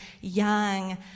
young